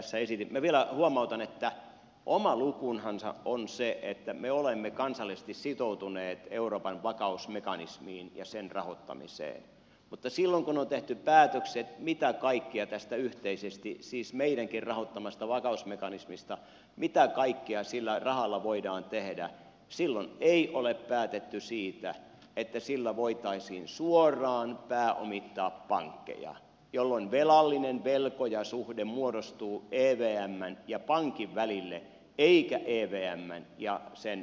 minä vielä huomautan että oma lukunsahan on se että me olemme kansallisesti sitoutuneet euroopan vakausmekanismiin ja sen rahoittamiseen mutta silloin kun on tehty päätökset meidänkin yhteisesti rahoittamasta vakausmekanismista ja siitä mitä kaikkea sillä rahalla voidaan tehdä ei ole päätetty siitä että sillä voitaisiin suoraan pääomittaa pankkeja jolloin velallinenvelkoja suhde muodostuu evmn ja pankin välille eikä evmn ja sen valtion välille